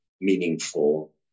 meaningful